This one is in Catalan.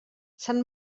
sant